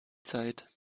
zeit